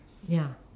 ya